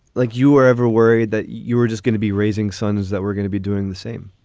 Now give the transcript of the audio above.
like you are ever worried that you were just gonna be raising sons, that we're gonna be doing the same